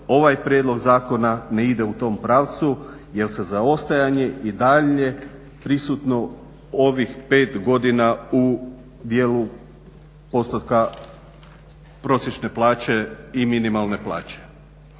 ovaj prijedlog zakona ne ide u tom pravcu jer je zaostajanje i dalje prisutno ovih 5 godina u dijelu postotka prosječne plaće i minimalne plaće.